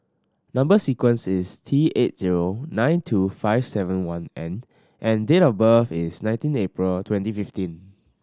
number sequence is T eight zero nine two five seven one N and date of birth is nineteen April twenty fifteen